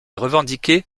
revendiquée